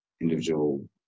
individual